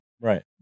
Right